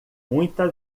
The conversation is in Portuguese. muita